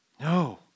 No